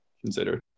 consider